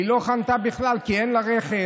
היא לא חנתה בכלל, כי אין לה רכב,